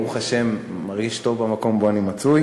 ברוך השם, מרגיש טוב במקום שבו אני מצוי.